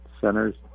centers